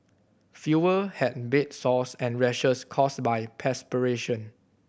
fewer have bed sores and rashes caused by perspiration